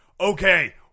Okay